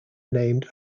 named